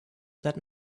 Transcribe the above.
that